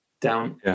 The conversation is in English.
down